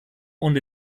und